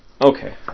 Okay